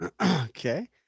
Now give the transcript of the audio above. Okay